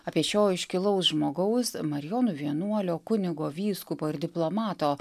apie šio iškilaus žmogaus marijonų vienuolio kunigo vyskupo ir diplomato